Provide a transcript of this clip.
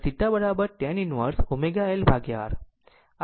અને θ θ tan inverse ω L R